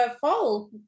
fall